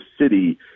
city